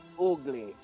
ugly